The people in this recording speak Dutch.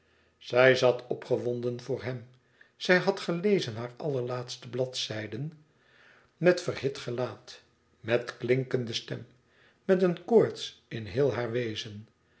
zij zat opgewonden voor hem zij had gelezen haar allerlaatste bladzijden met verhit gelaat met klinkende stem met een koorts in heel haar wezen